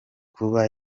kuba